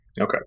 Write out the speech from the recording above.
Okay